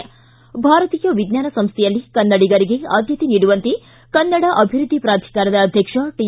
್ರಾ ಭಾರತೀಯ ವಿಜ್ಙಾನ ಸಂಸ್ಥೆಯಲ್ಲಿ ಕನ್ನಡಿಗರಿಗೆ ಆದ್ಯತೆ ನೀಡುವಂತೆ ಕನ್ನಡ ಅಭಿವೃದ್ದಿ ಪ್ರಾಧಿಕಾರದ ಅಧ್ಯಕ್ಷ ಟಿ